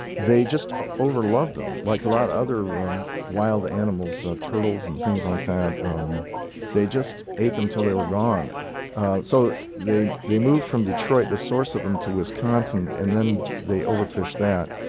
they just over-loved them like a lot of other um wild animals, turtles and things like that um they just ate them until they were gone so they they moved from detroit, the source of them, to wisconsin, and then they overfished that.